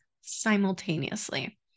simultaneously